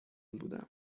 بودم